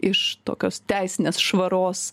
iš tokios teisinės švaros